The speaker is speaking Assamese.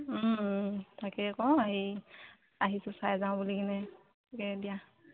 তাকে আকৌ হেৰি আহিছোঁ চাই যাওঁ বুলি কিনে তাকে এতিয়া